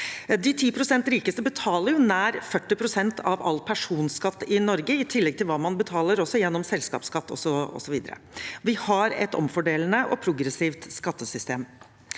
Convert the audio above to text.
De 10 pst. rikeste betaler nær 40 pst. av all personskatt i Norge, i tillegg til hva man betaler gjennom selskapsskatt osv. Vi har et omfordelende og progressivt skattesystem.